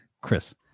Chris